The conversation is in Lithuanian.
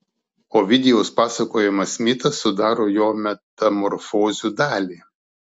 ovidijaus pasakojamas mitas sudaro jo metamorfozių dalį